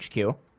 HQ